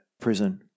prison